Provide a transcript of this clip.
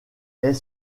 est